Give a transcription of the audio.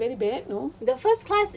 is it bad very bad no